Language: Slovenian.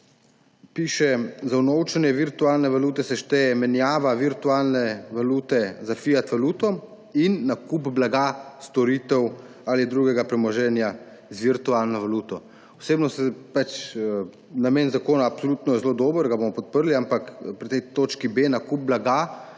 piše: »Za unovčenje virtualne valute se šteje menjava virtualne valute za fiat valuto in nakup blaga, storitev ali drugega premoženja z virtualno valuto.« Osebno se … Namen zakona je absolutno zelo dober, ga bomo podprli, ampak pri tej točki b, nakup blaga